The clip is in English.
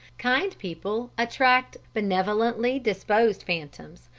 kind people attract benevolently disposed phantoms,